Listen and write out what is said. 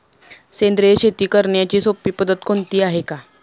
सेंद्रिय शेती करण्याची सोपी पद्धत कोणती आहे का?